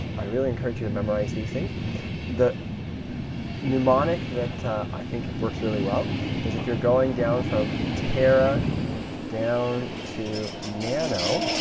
i really encourage you to memorize these things the mnemonic that i think it works really well is if you're going down from tera to nano,